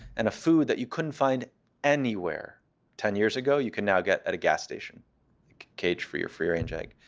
and a food that you couldn't find anywhere ten years ago you can now get at a gas station cage free or free range egg.